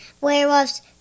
werewolves